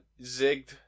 zigged